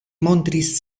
montris